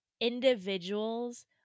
individuals